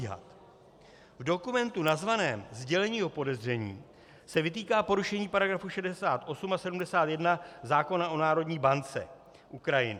V dokumentu nazvaném Sdělení o podezření se vytýká porušení § 68 a 71 zákona o Národní bance Ukrajiny.